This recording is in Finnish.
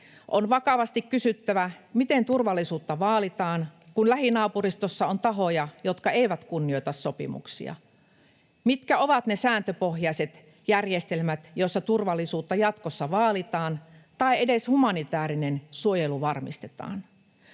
On vakavasti kysyttävä, miten turvallisuutta vaalitaan, kun lähinaapurustossa on tahoja, jotka eivät kunnioita sopimuksia. Mitkä ovat ne sääntöpohjaiset järjestelmät, joissa turvallisuutta jatkossa vaalitaan tai edes humanitäärinen suojelu varmistetaan?